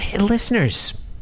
Listeners